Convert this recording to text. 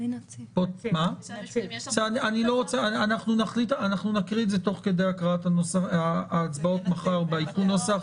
אנחנו נקריא את זה תוך כדי הקראת נוסח ההצבעות מחר בעדכון הנוסח.